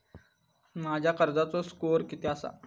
माझ्या कर्जाचो स्कोअर किती आसा?